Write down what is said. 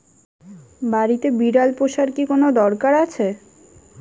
বাড়িতে বিড়াল পোষার কি কোন দরকার আছে?